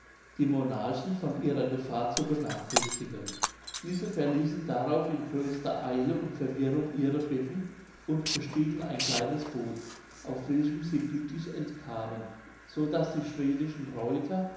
die monarchen von ihrer gefahr zu benachrichtigen diese verließen darauf in größter eile und verwirrung ihre betten und bestiegen ein kleines boot auf welchem sie glücklich entkamen so daß die schwedischen reuter